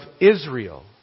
Israel